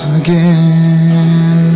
again